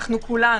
כולנו,